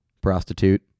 prostitute